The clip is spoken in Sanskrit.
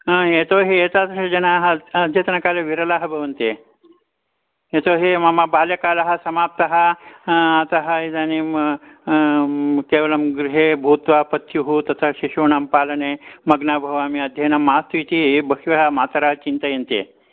हा यतो हि एतादृशजनाः अद्यतनकाले विरलाः भवन्ति यतो हि मम बाल्यकालः समाप्तः अतः इदानीं केवलं गृहे भूत्वा पत्युः तथा शिशूनां पालने मग्ना भवामि अध्ययनं मास्तु इति बह्व्यः मातरः चिन्तयन्ति